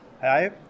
Hi